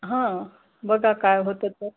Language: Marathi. हा बघा काय होते तर